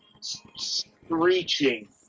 screeching